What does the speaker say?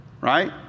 right